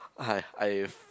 I I've